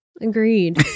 Agreed